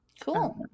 cool